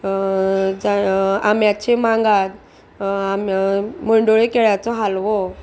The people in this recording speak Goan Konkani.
जाय आम्याचे मांगात गोंदेळे केळ्याचो हालवो